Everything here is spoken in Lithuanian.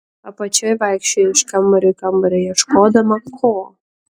apačioje ji vaikščiojo iš kambario į kambarį ieškodama ko